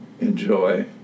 enjoy